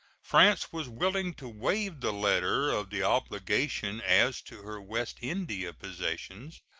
france was willing to waive the letter of the obligation as to her west india possessions,